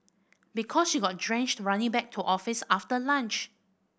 because you got drenched running back to office after lunch